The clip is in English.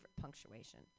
punctuation